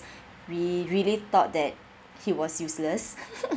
we really thought that he was useless